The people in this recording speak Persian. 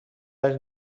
وجه